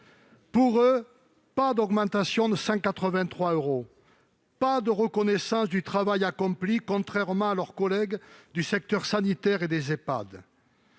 pour eux, pas d'augmentation de 183 euros, pas de reconnaissance du travail accompli, contrairement à leurs collègues du secteur sanitaire et des